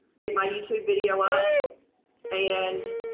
get my youtube video up and